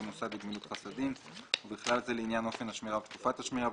מוסד לגמילות חסדים ובכלל זה לעניין אופן השמירה ותקופת השמירה,